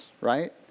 right